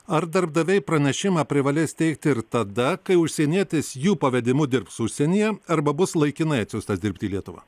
ar darbdaviai pranešimą privalės teikti ir tada kai užsienietis jų pavedimu dirbs užsienyje arba bus laikinai atsiųstas dirbti į lietuvą